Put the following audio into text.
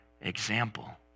example